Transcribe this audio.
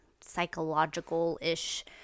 psychological-ish